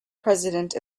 president